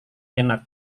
enak